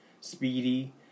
speedy